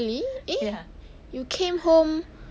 oh really eh you came home